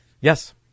Yes